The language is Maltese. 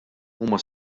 huma